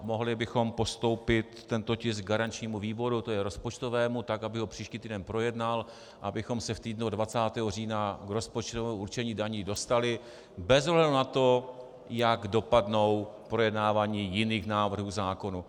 Mohli bychom postoupit tento tisk garančnímu výboru, to je rozpočtovému, tak aby ho příští týden projednal, abychom se v týdnu od 20. října k rozpočtovému určení daní dostali bez ohledu na to, jak dopadne projednávání jiných návrhů zákonů.